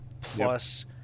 plus